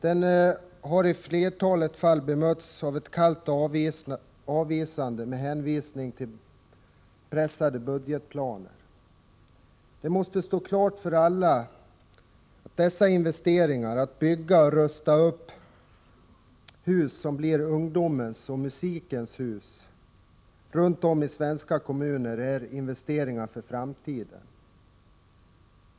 Man har i flertalet fall mötts av ett kallt avvisande med hänvisning till pressade budgetplaner. Det måste stå klart för alla att dessa investeringar i att bygga eller rusta upp hus, som blir ”ungdomens och musikens hus” runt om i svenska kommuner, är investeringar för framtiden.